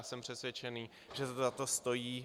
Jsem přesvědčený, že to za to stojí.